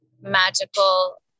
magical